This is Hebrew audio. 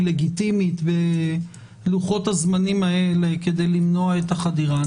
לגיטימית בלוחות הזמנים האלה כדי למנוע את החדירה.